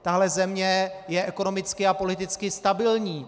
Tahle země je ekonomicky a politicky stabilní.